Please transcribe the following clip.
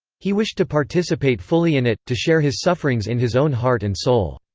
he wished to participate fully in it, to share his sufferings in his own heart and soul.